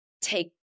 take